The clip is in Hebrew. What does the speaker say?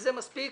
וזה מספיק